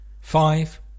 Five